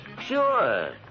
Sure